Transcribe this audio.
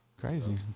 crazy